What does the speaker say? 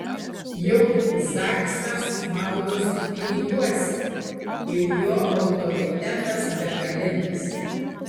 juk zaksas maudosi piniguose ir jo autoritetas begalinis